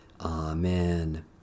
Amen